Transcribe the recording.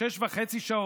שש וחצי שעות,